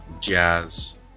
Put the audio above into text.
jazz